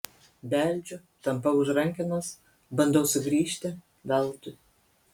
beldžiu tampau už rankenos bandau sugrįžti veltui